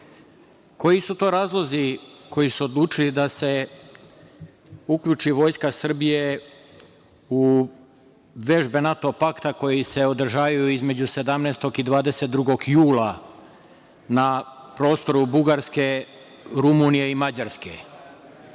su to razlozi koji su odlučili da se uključi Vojska Srbije u vežbe NATO pakta koje se održavaju između 17. i 22. jula na prostoru Bugarske, Rumunije i Mađarske?